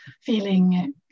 feeling